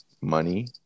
money